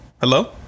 Hello